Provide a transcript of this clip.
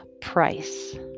Price